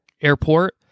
airport